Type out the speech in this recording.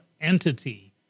entity